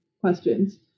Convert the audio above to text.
questions